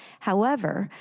however,